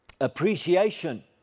appreciation